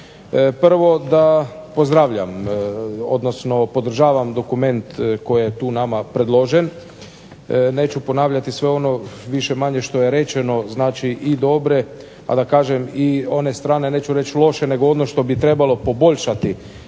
mi da kažem prvo da podržavam dokument koji je tu nama predložen. Neću ponavljati sve ono više manje što je rečeno znači i dobre, a da kažem i one strane neću reći loše nego ono što bi trebalo poboljšati